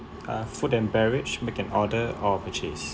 uh food and beverage make an order or purchase